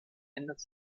änderte